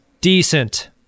Decent